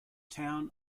town